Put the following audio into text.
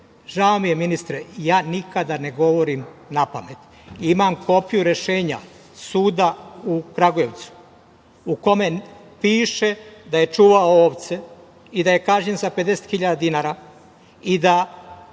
žao mi je, ministre, ja nikada ne govorim napamet. Imam kopiju rešenja suda u Kragujevcu, u kome piše da je čuvao ovce i da je kažnjen sa 50 hiljada dinara.